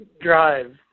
drive